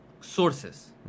sources